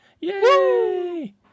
yay